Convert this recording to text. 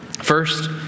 First